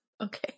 Okay